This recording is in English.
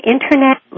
Internet